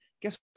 guess